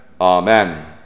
Amen